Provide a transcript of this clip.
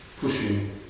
pushing